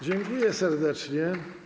Dziękuję serdecznie.